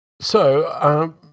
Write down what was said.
So